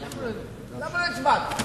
למה לא הצבעת?